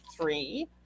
three